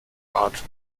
art